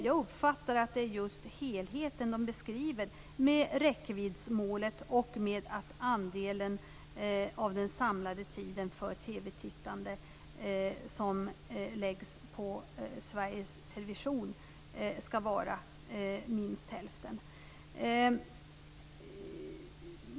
Jag uppfattar att det är just helheten som beskrivs, med räckviddsmålet och med att andelen av den samlade tiden för TV-tittande som läggs på Sveriges Television skall vara minst hälften.